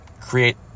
create